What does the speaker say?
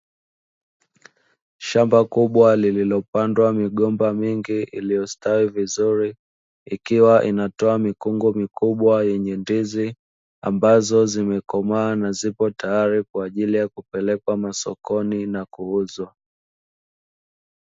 Shamba kubwa lililopandwa migomba mingi iliyostawi vizuri, ikiwa inatoa mikungu mikubwa yenye ndizi ambazo zimekomaa na zipo tayari kwa ajili ya kupelekwa masokoni na kuuzwa.